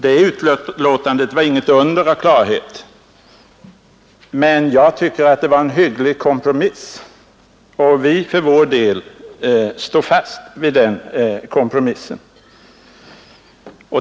Detta utlåtande var inget under av klarhet, men jag tycker att det var en hygglig kompromiss, och vi för vår del står fast vid den kompromissen.